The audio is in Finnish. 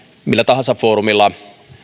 millä tahansa foorumilla